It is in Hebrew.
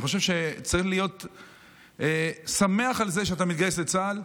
אני חושב שצריך להיות שמח על זה שאתה מתגייס לצה"ל.